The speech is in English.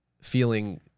feeling